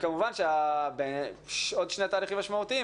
וכמובן שעוד שני תהליכים משמעותיים,